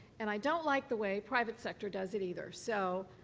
and i don't like the way private sector does it either. so,